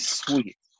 sweet